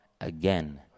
again